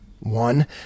One